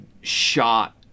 shot